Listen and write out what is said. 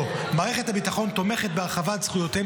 מערכת הביטחון תומכת בהרחבת זכויותיהם